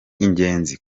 ingenzi